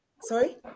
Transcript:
Sorry